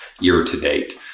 year-to-date